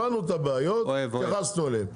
הבנו את הבעיות, התייחסנו אליהם.